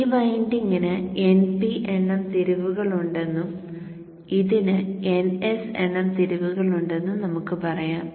ഈ വിൻഡിംഗിന് Np എണ്ണം തിരിവുകളുണ്ടെന്നും ഇതിന് Ns എണ്ണം തിരിവുകളുണ്ടെന്നും നമുക്ക് പറയാം